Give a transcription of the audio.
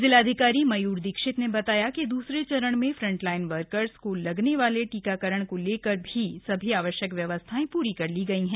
जिलाधिकारी मयूर दीक्षित ने बताया कि दूसरे चरण में फ्रंटलाइन वर्करों को लगने वाले टीकाकरण को लेकर भी सभी आवश्यक व्यवस्थाएं प्री कर ली गई हैं